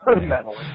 mentally